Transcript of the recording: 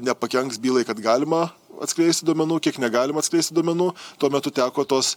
nepakenks bylai kad galima atskleisti duomenų kiek negalima atskleisti duomenų tuo metu teko tuos